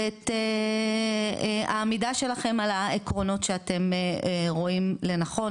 ואת העמידה שלכם על העקרונות שאתם רואים לנכון,